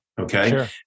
okay